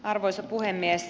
arvoisa puhemies